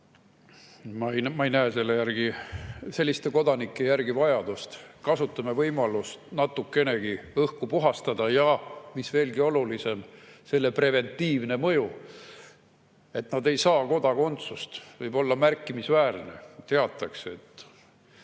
vajadust selliste kodanike järgi. Kasutame võimalust natukenegi õhku puhastada. Ja mis veelgi olulisem – selle preventiivne mõju, et nad ei saa kodakondsust, võib olla märkimisväärne. Teatakse, et